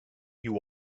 you